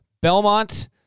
Belmont